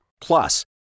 Plus